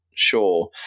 Sure